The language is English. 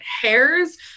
hairs